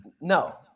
No